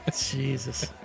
Jesus